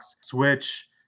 Switch